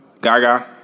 Gaga